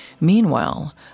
Meanwhile